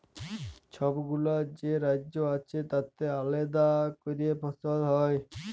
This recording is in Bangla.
ছবগুলা যে রাজ্য আছে তাতে আলেদা ক্যরে ফসল হ্যয়